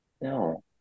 No